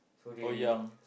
oh ya